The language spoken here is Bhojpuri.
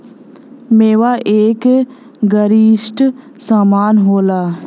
मेवा एक गरिश्ट समान होला